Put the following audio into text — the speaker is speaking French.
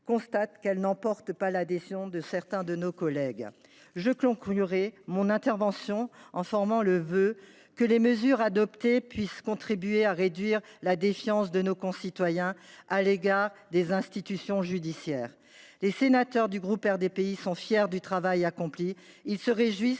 constate qu’elle n’emporte pas l’adhésion de certains de nos collègues. Je conclurai mon intervention en formant le vœu que les mesures adoptées puissent contribuer à réduire la défiance de nos concitoyens à l’égard des institutions judiciaires. Les sénateurs du groupe RDPI sont fiers du travail accompli et se réjouissent